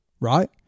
right